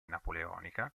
napoleonica